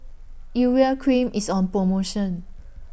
Urea Cream IS on promotion